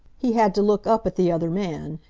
he had to look up at the other man,